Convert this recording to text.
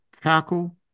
tackle